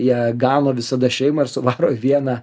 jie gano visada šeimą ir suvaro į vieną